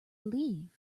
leave